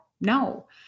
No